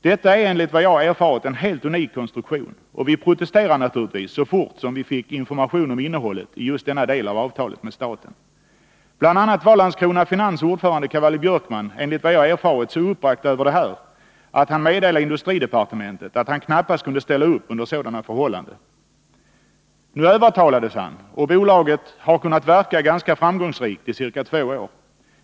Detta är, enligt vad jag erfarit, en helt unik konstruktion, och vi protesterade naturligtvis så fort vi fick information om innehållet i just denna del av avtalet med staten. Bl. a. var Landskrona Finans ordförande Cavalli-Björkman, enligt vad jag erfarit, så uppbragt över det här att han meddelade industridepartementet att han knappast kunde ställa upp under sådana förhållanden. Nu övertalades han, och bolaget har kunnat verka, ganska framgångsrikt, i ca två år.